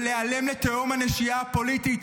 ולהיעלם לתהום הנשייה הפוליטית.